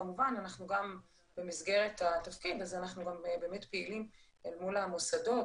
כמובן אנחנו גם במסגרת התפקיד פעילים אל מול המוסדות,